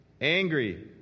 Angry